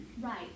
Right